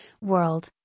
world